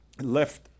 left